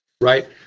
Right